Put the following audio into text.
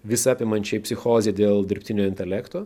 visą apimančiai psichozei dėl dirbtinio intelekto